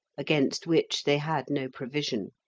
against which they had no provision.